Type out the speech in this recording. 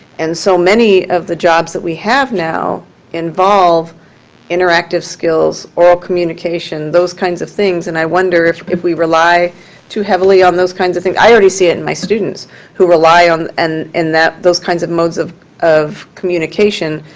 and so many of the jobs that we have now involve interactive skills, oral communication, those kinds of things, and i wonder if if we rely too heavily on those kinds of things i already see it in my students who rely on and those kinds of modes of of communication,